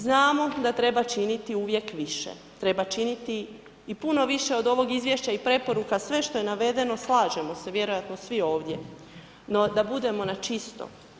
Znamo da treba činiti uvijek više, treba činiti i puno više od ovog izvješća i preporuka sve što je navedeno, slažemo se vjerojatno svi ovdje, no da budemo na čisto.